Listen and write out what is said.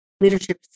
leadership